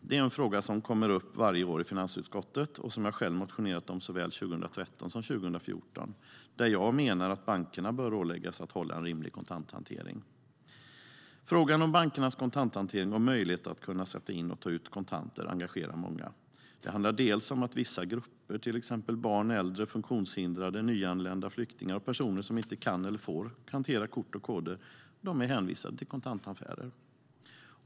Det är en fråga som kommer upp varje år i finansutskottet och som jag själv motionerat om såväl 2013 som 2014. Där menar jag att bankerna bör åläggas att hålla en rimlig kontanthantering. Frågan om bankernas kontanthantering och möjligheten att sätta in eller ta ut kontanter engagerar många. Det handlar om att vissa grupper, till exempel barn, äldre, funktionshindrade, nyanlända flyktingar och personer som inte kan eller får hantera kort och koder, är hänvisade till kontantaffärer.